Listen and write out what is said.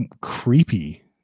creepy